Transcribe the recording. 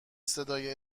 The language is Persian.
صدای